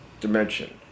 dimension